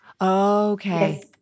Okay